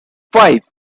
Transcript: five